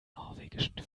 norwegischen